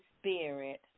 Spirit